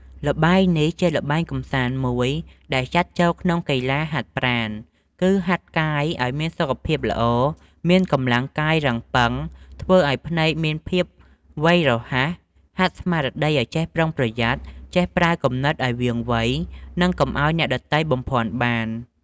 ល្បែងនេះ ជាល្បែងកំសាន្តមួយដែលចាត់ចូលក្នុងកីឡាហាត់ប្រាណ គឺហាត់កាយឲ្យមានសុខភាពល្អ មានកម្លាំងកាយរឹងប៉ឹង ធ្វើឲ្យភ្នែកមានភាពវៃរហ័ស ហាត់ស្មារតីឲ្យចេះប្រុងប្រយ័ត្ន ចេះប្រើគំនិតឲ្យវាងវៃ និងកុំឲ្យអ្នកដទៃបំភ័ន្តបាន។